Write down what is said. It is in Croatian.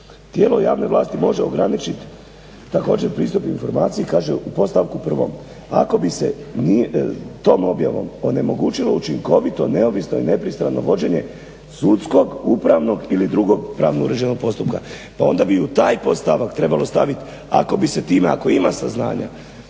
tijelo javne vlasti može ograničiti također pristup informaciji, kaže u podstavku prvom ako bi se tom objavom onemogućilo učinkovito, neovisno i nepristrano vođenje sudskog, upravnog ili drugog pravno uređenog postupka pa onda bi u taj podstavak trebalo staviti ako bi se time ako ima saznanja